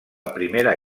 primera